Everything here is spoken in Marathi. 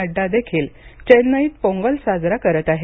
नड्डादेखील चेन्नईत पोंगल साजरा करत आहेत